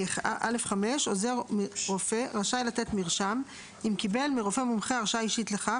"(א5) עוזר רופא רשאי לתת מרשם אם קיבל מרופא מומחה הרשאה אישית לכך,